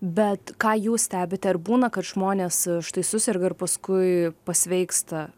bet ką jūs stebite ar būna kad žmonės štai suserga ir paskui pasveiksta